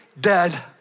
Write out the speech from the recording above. dead